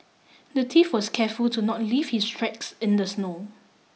the thief was careful to not leave his tracks in the snow